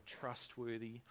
trustworthy